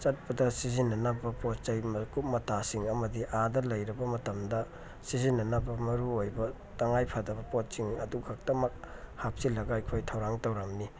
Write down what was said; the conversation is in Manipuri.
ꯆꯠꯄꯗ ꯁꯤꯖꯤꯟꯅꯅꯕ ꯄꯣꯠ ꯆꯩ ꯃꯀꯨꯞ ꯃꯇꯥꯁꯤꯡ ꯑꯃꯗꯤ ꯑꯥꯗ ꯂꯩꯔꯕ ꯃꯇꯝꯗ ꯁꯤꯖꯤꯟꯅꯅꯕ ꯃꯔꯨꯑꯣꯏꯕ ꯇꯉꯥꯏ ꯐꯗꯕ ꯄꯣꯠꯁꯤꯡ ꯑꯗꯨꯈꯛꯇꯃꯛ ꯍꯥꯞꯆꯤꯜꯂꯒ ꯑꯩꯈꯣꯏ ꯊꯧꯔꯥꯡ ꯇꯧꯔꯝꯃꯤ